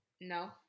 no